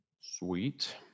sweet